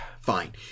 fine